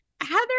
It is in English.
Heather